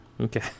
Okay